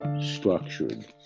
structured